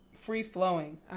free-flowing